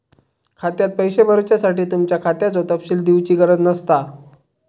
खात्यात पैशे भरुच्यासाठी तुमच्या खात्याचो तपशील दिवची गरज नसता